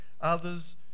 Others